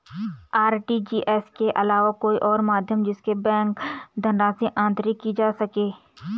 RTGS के अलावा कोई और माध्यम जिससे बैंक धनराशि अंतरित की जा सके?